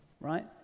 right